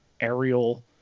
aerial